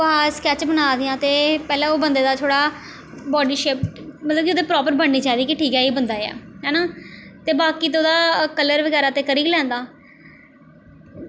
कुसै स्कैच बना दे आं ते पैह्लें ओह् बंदे दा थोह्ड़ा बॉड्डी शेप मतलब कि ओह्दा प्रापर बननी चाहिदी कि ठीक ऐ एह् बंदा ऐ है ना ते बाकी ओह्दा कलर बगैरा करी गै लैंदा